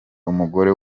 umugore